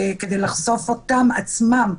כדי לא לחשוף אותם עצמם.